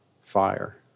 fire